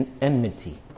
enmity